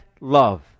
love